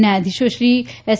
ન્યાયાધીશોશ્રી S